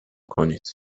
کنید